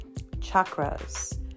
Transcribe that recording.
Chakras